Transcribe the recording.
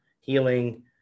Healing